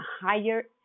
higher